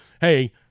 hey